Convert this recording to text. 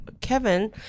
Kevin